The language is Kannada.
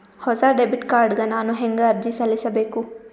ಹೊಸ ಡೆಬಿಟ್ ಕಾರ್ಡ್ ಗ ನಾನು ಹೆಂಗ ಅರ್ಜಿ ಸಲ್ಲಿಸಬೇಕು?